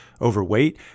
overweight